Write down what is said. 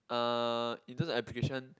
uh in terms of application